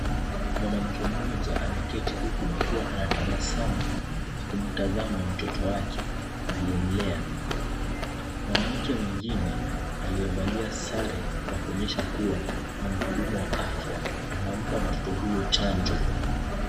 Mwanamke mmoja ameketi huku akiwa anatabasamu na kumtazama mtoto wake aliyemlea mwanamke mwingine aliyevalia sare za kuonyesha kuwa ni muhudumu wa afya anampa mtoto huyo chanjo.